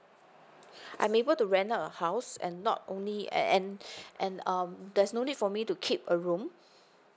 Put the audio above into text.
I'm able to rent out a house and not only and and um there's no need for me to keep a room